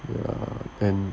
ya and